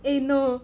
eh no